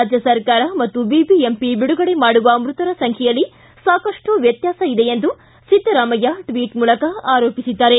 ರಾಜ್ಯ ಸರ್ಕಾರ ಮತ್ತು ಬಿಬಿಎಂಪಿ ಬಿಡುಗಡೆ ಮಾಡುವ ಮೃತರ ಸಂಖ್ಯೆಯಲ್ಲಿ ಸಾಕಷ್ಟು ವ್ಯತ್ಕಾಸ ಇದೆ ಎಂದು ಸಿದ್ದರಾಮಯ್ಯ ಟ್ವಿಟ್ ಮೂಲಕ ಆರೋಪಿಸಿದ್ದಾರೆ